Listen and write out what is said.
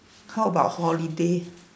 how about holiday